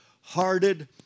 hearted